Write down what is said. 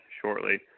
shortly